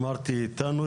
אמרתי "איתנו",